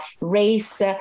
race